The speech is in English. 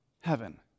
heaven